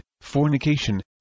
fornication